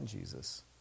Jesus